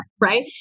right